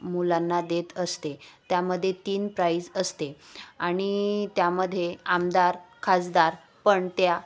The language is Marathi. मुलांना देत असते त्यामध्ये तीन प्राईज असते आणि त्यामध्ये आमदार खासदार पण त्या